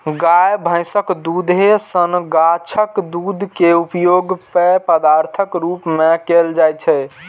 गाय, भैंसक दूधे सन गाछक दूध के उपयोग पेय पदार्थक रूप मे कैल जाइ छै